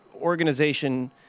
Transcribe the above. organization